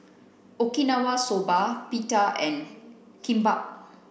Okinawa Soba Pita and Kimbap